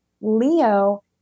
Leo